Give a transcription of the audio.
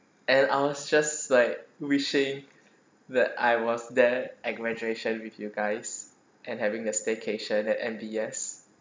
and I was just like wishing that I was there at graduation with you guys and having a staycation at M_B_S